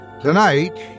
Tonight